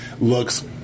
looks